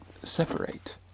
separate